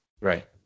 Right